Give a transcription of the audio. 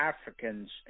Africans